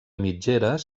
mitgeres